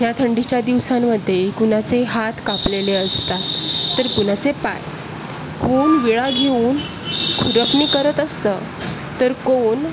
या थंडीच्या दिवसांमध्ये कुणाचे हात कापलेले असतात तर कुणाचे पाय कोण विळा घेऊन खुरपणी करत असतं तर कोण